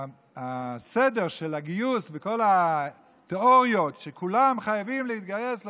הסדר של גיוס וכל התיאוריות שכולם חייבם להתגייס לצבא,